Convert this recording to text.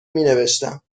مینوشتم